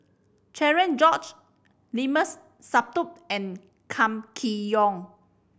Cherian George Limat Sabtu and Kam Kee Yong